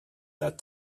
that